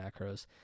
macros